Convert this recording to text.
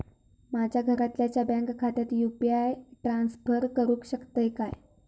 माझ्या घरातल्याच्या बँक खात्यात यू.पी.आय ट्रान्स्फर करुक शकतय काय?